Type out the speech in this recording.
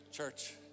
Church